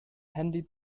handy